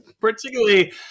Particularly